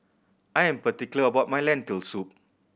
I am particular about my Lentil Soup